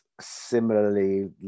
similarly